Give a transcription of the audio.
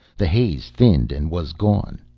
the haze thinned and was gone.